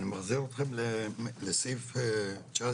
אני מחזיר אתכם לסעיף 19(א),